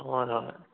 ꯍꯣꯏ ꯍꯣꯏ